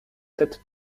tête